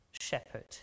shepherd